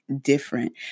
different